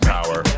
Power